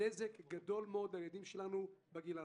נזק גדול לילדים שלנו בגיל הרך.